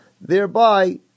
thereby